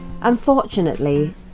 unfortunately